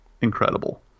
incredible